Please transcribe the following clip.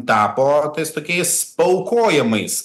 tapo tais tokiais paaukojimais